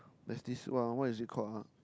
there's this what what is it called ah